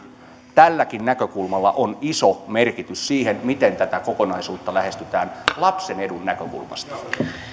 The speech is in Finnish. tälläkin näkökulmalla on iso merkitys siinä miten tätä kokonaisuutta lähestytään lapsen edun näkökulmasta